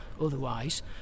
otherwise